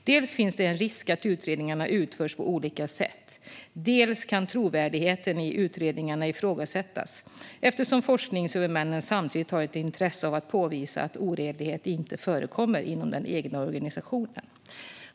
Dels finns en risk att utredningarna utförs på olika sätt, dels kan trovärdigheten i utredningarna ifrågasättas eftersom forskningshuvudmännen samtidigt har ett intresse av att påvisa att oredlighet inte förekommer inom den egna organisationen.